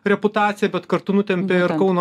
reputaciją bet kartu nutempia ir kauno